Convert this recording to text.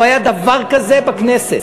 לא היה דבר כזה בכנסת,